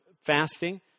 fasting